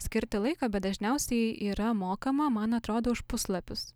skirti laiką bet dažniausiai yra mokama man atrodo už puslapius